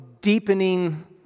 deepening